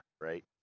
right